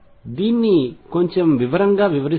దీన్ని కొంచెం వివరంగా వివరిస్తాను